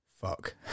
fuck